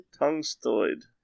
Tungstoid